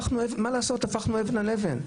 מה לעשות, הפכנו אבן על אבן.